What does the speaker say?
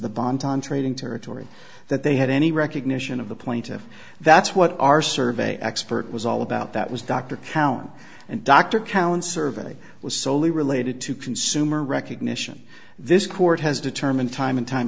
the bond on trading territory that they had any recognition of the plaintiff that's what our survey expert was all about that was dr kaun and dr cowen survey was soley related to consumer recognition this court has determined time and time